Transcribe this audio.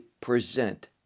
present